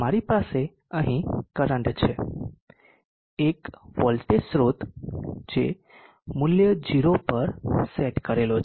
મારી પાસે અહીં કરંટ છે એક વોલ્ટેજ સ્રોત જે મૂલ્ય 0 પર સેટ કરેલો છે